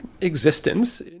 existence